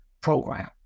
program